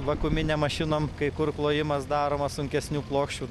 vakuuminėm mašinom kai kur klojimas daromas sunkesnių plokščių